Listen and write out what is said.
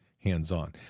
hands-on